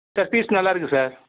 sir fuse நல்லா இருக்கு sir